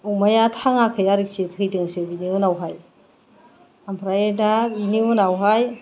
अमाया थाङाखै आरोखि थैदोंसो बेनि उनावहाय ओमफ्राय दा बेनि उनावहाय